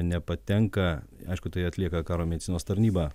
nepatenka aišku tai atlieka karo medicinos tarnyba